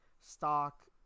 Stock